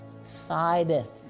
sideth